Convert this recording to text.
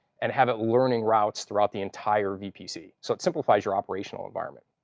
and have it learning routes throughout the entire vpc. so it simplifies your operational environment.